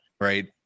right